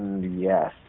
yes